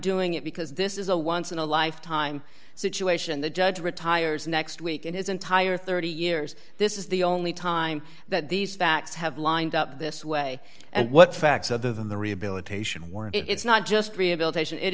doing it because this is a once in a lifetime situation the judge retires next week in his entire thirty years this is the only time that these facts have lined up this way and what facts other than the rehabilitation work it's not just rehabilitation it